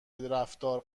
رفتار